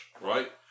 right